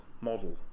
model